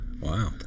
Wow